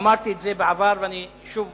אמרתי את זה בעבר, ואני שוב